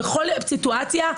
בכל סיטואציה,